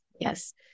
Yes